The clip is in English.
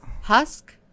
husk